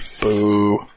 Boo